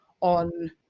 on